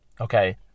Okay